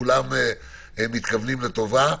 כולנו מתכוונים לטובה.